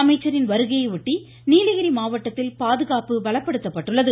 அமைச்சரின் வருகையையொட்டி நீலகிரி மாவட்டத்தில் பாதுகாப்பு பலப்படுத்தப்பட்டுள்ளது